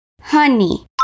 Honey